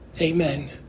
amen